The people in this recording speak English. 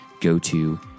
go-to